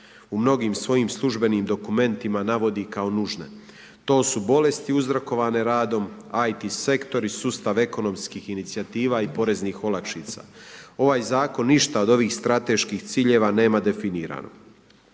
u mnogim svojim službenim dokumentima navodi kao nužne. To su bolesti uzrokovane radom … sektori, sustav ekonomskih inicijativa i poreznih olakšica. Ovaj zakon ništa od ovih strateških ciljeva nema definirano.